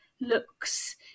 looks